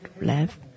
left